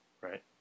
right